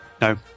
No